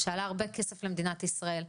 שעלה הרבה כסף למדינת ישראל.